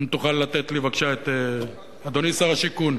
אם תוכל לתת לי, בבקשה, אדוני שר השיכון.